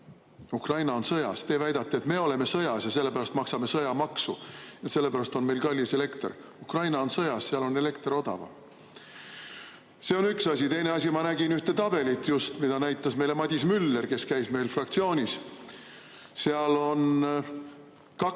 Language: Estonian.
Ukraina on sõjas. Teie väidate, et me oleme sõjas ja sellepärast maksame sõjamaksu ja sellepärast on meil kallis elekter. Ukraina on sõjas, seal on elekter odavam. See on üks asi. Teine asi. Ma nägin just ühte tabelit, mida näitas meile Madis Müller, kes käis meil fraktsioonis. Seal oli kaks